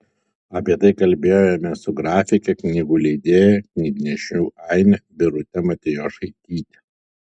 apie tai kalbėjomės su grafike knygų leidėja knygnešių aine birute matijošaityte